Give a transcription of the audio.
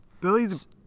Billy's